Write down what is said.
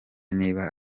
niba